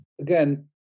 Again